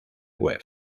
web